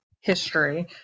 history